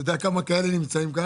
אתה יודע כמה כאלה נמצאים?